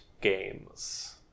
games